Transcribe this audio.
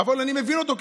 אבל אני מבין אותו,